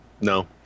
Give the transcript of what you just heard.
No